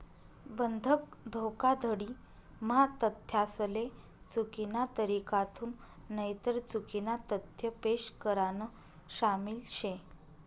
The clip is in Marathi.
बंधक धोखाधडी म्हा तथ्यासले चुकीना तरीकाथून नईतर चुकीना तथ्य पेश करान शामिल शे